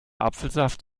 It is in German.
apfelsaft